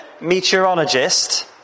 meteorologist